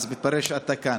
אז מתברר שאתה כאן.